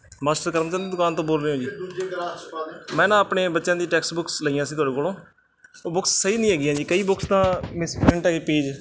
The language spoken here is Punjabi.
ਮਾਸਟਰ ਕਰਮ ਚੰਦ ਦੁਕਾਨ ਤੋਂ ਬੋਲ ਰਹੇ ਹੋ ਜੀ ਮੈਂ ਨਾ ਆਪਣੇ ਬੱਚਿਆਂ ਦੀ ਟੈਕਸਟ ਬੁੱਕਸ ਲਈਆਂ ਸੀ ਤੁਹਾਡੇ ਕੋਲੋਂ ਉਹ ਬੁੱਕਸ ਸਹੀ ਨਹੀਂ ਹੈਗੀਆਂ ਜੀ ਕਈ ਬੁੱਕਸ ਤਾਂ ਮਿਸ ਪ੍ਰਿੰਟ ਹੈਗੇ ਨੇ ਜੀ ਪੇਜ